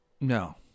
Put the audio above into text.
No